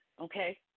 okay